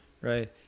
right